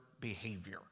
behavior